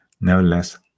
Nevertheless